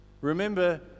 Remember